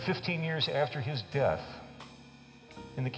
fifteen years after his death in the